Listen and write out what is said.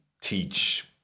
teach